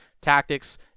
tactics